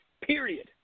period